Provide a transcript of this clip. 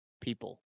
people